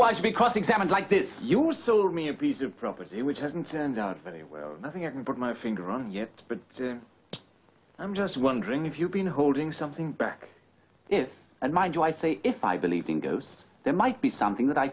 why you'd be cross examined like this you were sold me a piece of property which hasn't turned out very well nothing i can put my finger on yet but i'm just wondering if you've been holding something back yes and mind you i say if i believe in ghosts there might be something that i